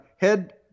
head